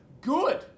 Good